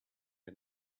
and